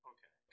Okay